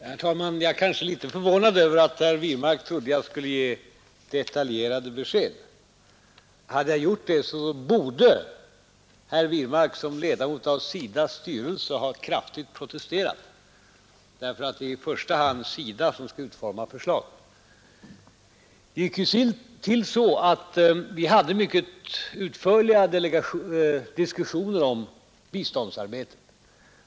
Herr talman! Jag är kanske litet förvånad över att herr Wirmark trodde att jag skulle ge detaljerade besked. Hade jag gjort det borde herr Wirmark som ledamot av SIDA:s styrelse ha kraftigt protesterat, därför att det i första hand är SIDA som skall utforma förslag. Det gick till så att vi hade mycket utförliga diskussioner om biståndsarbetet.